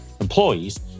employees